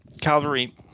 Calvary